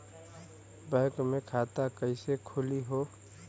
Bank मे खाता कईसे खुली हो?